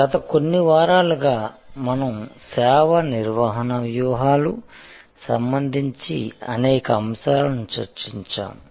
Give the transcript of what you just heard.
గత కొన్ని వారాలుగా మనం సేవ నిర్వహణ వ్యూహాలు సంబంధించి అనేక అంశాలను చర్చించాము